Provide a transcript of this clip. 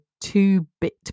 two-bit